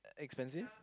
expensive